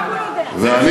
רק הוא יודע.